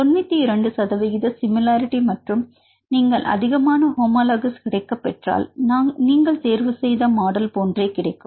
92 சதவிகித சிமிலரிடி மற்றும் நீங்கள் அதிகமான ஹோமோலகஸ் கிடைக்கப் பெற்றால் நீங்கள் தேர்வுசெய்த மாடல் போன்றே கிடைக்கும்